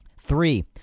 Three